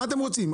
מה אתם רוצים?